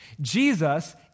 Jesus